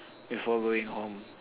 before going home